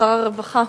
שר הרווחה.